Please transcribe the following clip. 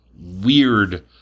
weird